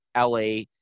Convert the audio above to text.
LA